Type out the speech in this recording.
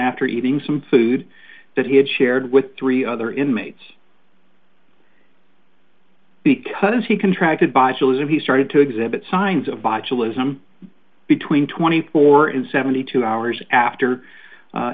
after eating some food that he had shared with three other inmates because he contract botulism he started to exhibit signs of botulism between twenty four and seventy two hours after